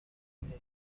دهید